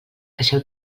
caixer